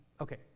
Okay